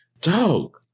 dog